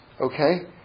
Okay